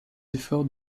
efforts